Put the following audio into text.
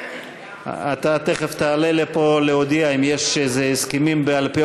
אתה תכף תעלה לכאן להודיע אם יש הסכמים בעל-פה